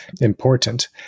important